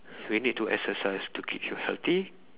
we need to exercise to keep you healthy